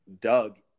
doug